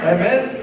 Amen